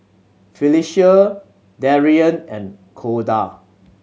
Felecia Darian and Corda